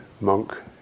monk